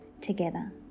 together